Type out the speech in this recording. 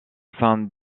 sein